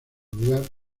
lugar